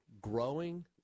growing